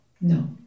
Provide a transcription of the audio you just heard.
No